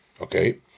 Okay